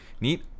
neat